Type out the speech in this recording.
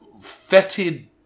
fetid